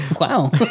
Wow